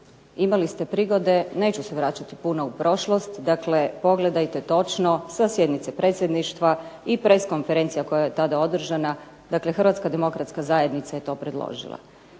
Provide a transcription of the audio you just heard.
imali ste prigode, neću se vraćati puno u prošlost, dakle pogledajte točno sa sjednice predsjedništva i press konferencija koja je tada održana, dakle Hrvatska demokratska zajednica je to predložila.